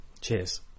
Cheers